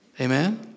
Amen